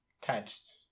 Touched